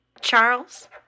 Charles